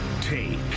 take